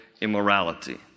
immorality